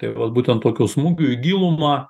tai vat būtent tokiu smūgiu į gilumą